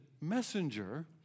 messenger